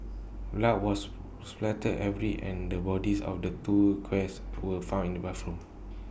blood was spattered every and the bodies of the two guests were found in the bathroom